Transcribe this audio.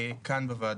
כאן בוועדה.